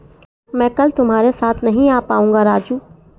मैं कल तुम्हारे साथ नहीं आ पाऊंगा राजू